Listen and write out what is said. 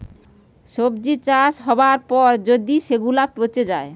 সবজি চাষ হবার পর যদি সেগুলা পচে যায়